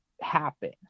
happen